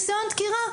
ניסיון דקירה,